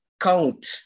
count